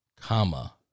comma